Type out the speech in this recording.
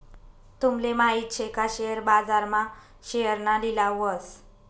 तूमले माहित शे का शेअर बाजार मा शेअरना लिलाव व्हस